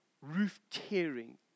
roof-tearing